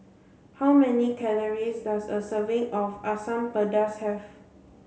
how many calories does a serving of Asam Pedas have